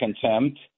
contempt